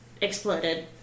exploded